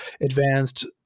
advanced